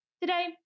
Today